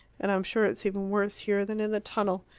and i'm sure it's even worse here than in the tunnel.